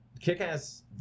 Kick-Ass